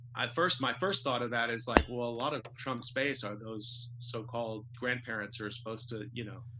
i first my first thought of that is like, well, a lot of trump's base are those so-called grandparents are supposed to, you know.